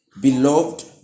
Beloved